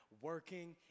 working